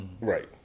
Right